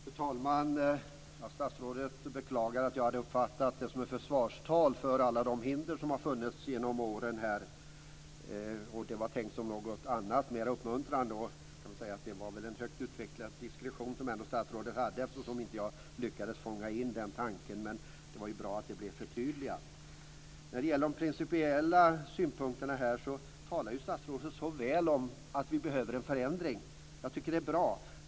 Fru talman! Statsrådet beklagar att jag hade uppfattat svaret som ett försvarstal för alla de hinder som har funnits genom åren, men det var tänkt som något annat, mera uppmuntrade. Jag kan säga att det var en högt utvecklad dikretion som statsrådet hade eftersom inte jag lyckades fånga in den tanken. Men det var bra att det blev förtydligat. När det gäller de principiella synpunkterna talar statsrådet så väl om att vi behöver en förändring. Jag tycker att det är bra.